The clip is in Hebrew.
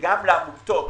וגם לעמותות,